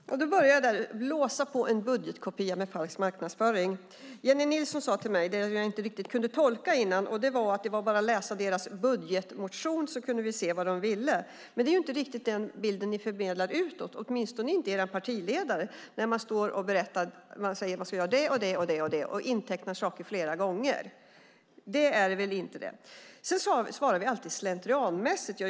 Herr talman! Jag börjar med detta med att blåsa på en budgetkopia med falsk marknadsföring. Jennie Nilsson sade något till mig jag inte riktigt kunde tolka innan, och det var att det bara var att läsa deras budgetmotion så kunde vi se vad de ville. Det är dock inte riktigt den bild ni förmedlar utåt, åtminstone inte er partiledare, när ni står och säger att man ska göra det och det och intecknar saker flera gånger. Det är väl inte det. Sedan säger du att vi alltid svarar slentrianmässigt.